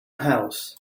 house